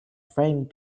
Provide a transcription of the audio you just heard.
framed